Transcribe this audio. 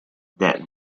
that